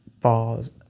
falls